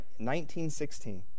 1916